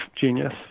genius